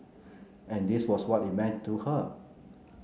and this was what it meant to her